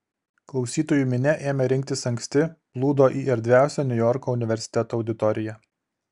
klausytojų minia ėmė rinktis anksti plūdo į erdviausią niujorko universiteto auditoriją